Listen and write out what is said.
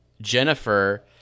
Jennifer